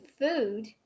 food